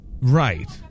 Right